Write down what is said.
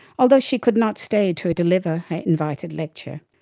although she could not stay to deliver her invited lecture.